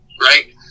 right